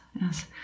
yes